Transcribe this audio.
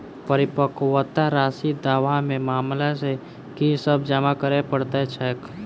परिपक्वता राशि दावा केँ मामला मे की सब जमा करै पड़तै छैक?